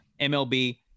mlb